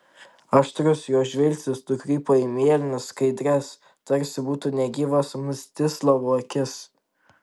aštrus jo žvilgsnis nukrypo į mėlynas skaidrias tarsi būtų negyvos mstislavo akis